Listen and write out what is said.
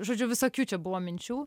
žodžiu visokių čia buvo minčių